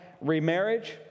remarriage